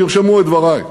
תרשמו את דברי.